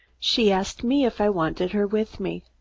she asked me if i wanted her with me.